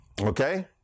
Okay